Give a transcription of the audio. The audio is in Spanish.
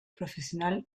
profesional